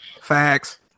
Facts